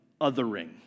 othering